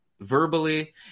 verbally